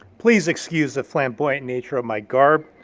please excuse the flamboyant nature of my garb,